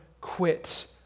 quit